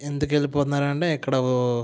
ఎందుకు వెళ్ళిపోతున్నారు అంటే ఇక్కడ